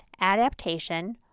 adaptation